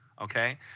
okay